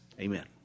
Amen